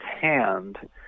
hand